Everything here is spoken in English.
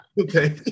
okay